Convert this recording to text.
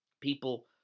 People